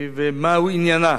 מהו עניינה?